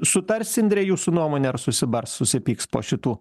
sutars indre jūsų nuomone ar susibars susipyks po šitų